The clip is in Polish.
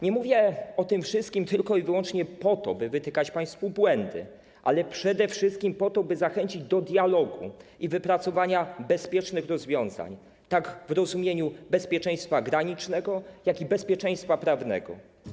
Nie mówię o tym wszystkim tylko i wyłącznie po to, by wytykać państwu błędy, ale przede wszystkim po to, by zachęcić do dialogu i wypracowania bezpiecznych rozwiązań, tak w rozumieniu bezpieczeństwa granicznego, jak i bezpieczeństwa prawnego.